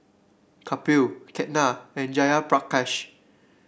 Kapil Ketna and Jayaprakash